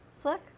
slick